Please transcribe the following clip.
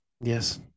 Yes